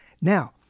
Now